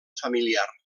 familiar